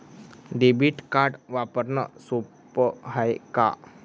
Debit card वापरणं सोप हाय का?